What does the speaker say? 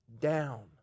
down